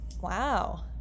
Wow